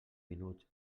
minuts